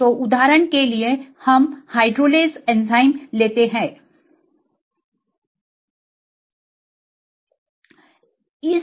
तो उदाहरण के लिए इस संरचना को एक हाइड्रोलेज के रूप में वर्गीकृत किया गया है